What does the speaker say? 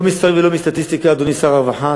לא מספרים ולא מסטטיסטיקה, אדוני שר הרווחה.